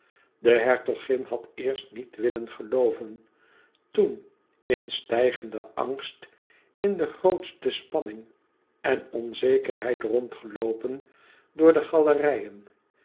de hertogin had eerst niet willen gelooven toen in stijgenden angst in de grootste spanning en onzekerheid rondgeloopen door de galerijen